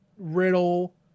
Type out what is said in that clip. Riddle